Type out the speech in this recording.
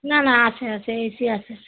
না না আছে আছে এ সি আছে